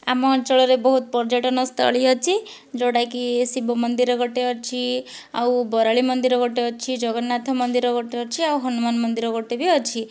ଆମ ଅଞ୍ଚଳରେ ବହୁତ ପର୍ଯ୍ୟଟନସ୍ଥଳୀ ଅଛି ଯେଉଁଟାକି ଶିବ ମନ୍ଦିର ଗୋଟିଏ ଅଛି ଆଉ ବରାଳୀ ମନ୍ଦିର ଗୋଟିଏ ଅଛି ଜଗନ୍ନାଥ ମନ୍ଦିର ଗୋଟିଏ ଅଛି ଆଉ ହନୁମାନ ମନ୍ଦିର ଗୋଟିଏ ବି ଅଛି